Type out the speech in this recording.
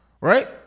Right